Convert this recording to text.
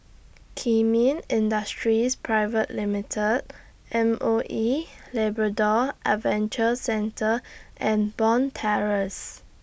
Kemin Industries Private Limited M O E Labrador Adventure Centre and Bond Terrace